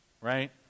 right